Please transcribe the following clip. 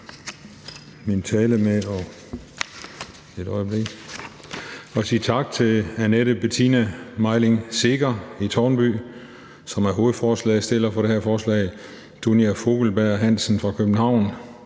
min tale med at sige tak til Annette Bettina Meiling Seeger i Tårnby, som er hovedforslagsstiller på det her forslag, Dunja Fogelberg Hansen fra København,